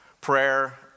prayer